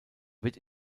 wird